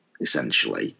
essentially